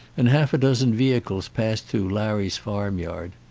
and half a dozen vehicles passed through larry's farmyard.